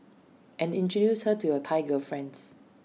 and introduce her to your Thai girlfriends